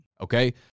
okay